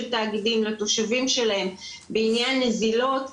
התאגידים לתושבים שלהם בעניין נזילות,